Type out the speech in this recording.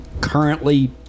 currently